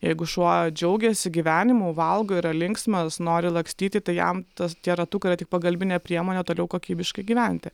jeigu šuo džiaugiasi gyvenimu valgo yra linksmas nori lakstyti tai jam tas tie ratukai tik pagalbinė priemonė toliau kokybiškai gyventi